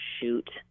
shoot